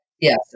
Yes